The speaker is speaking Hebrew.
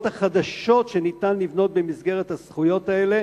החדשות שניתן לבנות במסגרת הזכויות האלה,